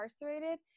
incarcerated